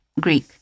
Greek